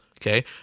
Okay